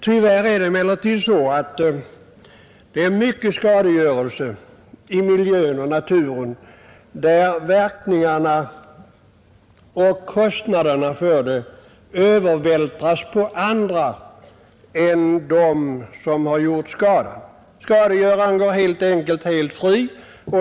Tyvärr är det emellertid så att kostnaderna för och verkningarna av mycken skadegörelse i miljön och naturen övervältras på andra än dem som har förorsakat skadan. Skadegöraren går helt enkelt fri.